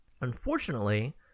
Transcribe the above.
Unfortunately